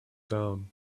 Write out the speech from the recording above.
down